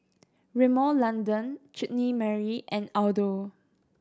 Rimmel London Chutney Mary and Aldo